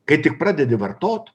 kai tik pradedi vartot